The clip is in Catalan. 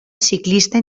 ciclista